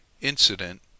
incident